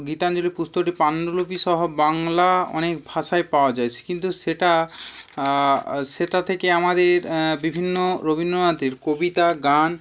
গীতাঞ্জলি পুস্তকটি পাণ্ডুলিপিসহ বাংলা অনেক ভাষায় পাওয়া যায় কিন্তু সেটা সেটা থেকে আমাদের বিভিন্ন রবীন্দ্রনাথের কবিতা গান